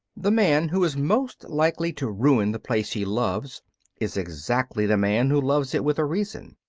the man who is most likely to ruin the place he loves is exactly the man who loves it with a reason.